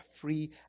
free